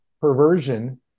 perversion